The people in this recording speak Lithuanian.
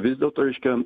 vis dėlto reiškia